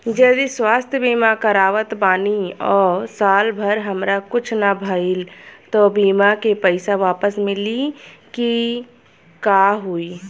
जदि स्वास्थ्य बीमा करावत बानी आ साल भर हमरा कुछ ना भइल त बीमा के पईसा वापस मिली की का होई?